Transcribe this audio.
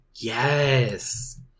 yes